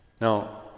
Now